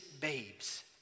babes